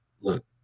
Look